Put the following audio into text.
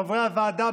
חברי הוועדה,